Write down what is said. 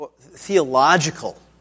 theological